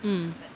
mm